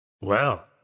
Well